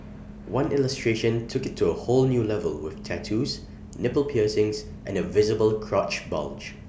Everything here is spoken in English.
one illustration took IT to A whole new level with tattoos nipple piercings and A visible crotch bulge